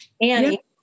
Annie